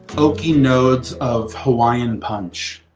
oakey nodes of hawaiian punch.